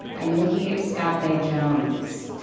by micky scottbey jones